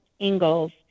Ingalls